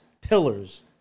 pillars